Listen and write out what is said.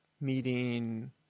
meeting